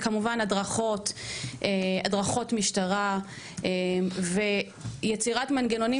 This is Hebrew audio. וכמובן הדרכות משטרה ויצירת מנגנונים